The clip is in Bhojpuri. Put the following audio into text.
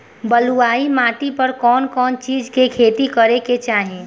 बलुई माटी पर कउन कउन चिज के खेती करे के चाही?